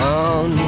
on